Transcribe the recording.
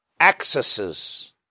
accesses